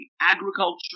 agriculture